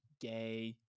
gay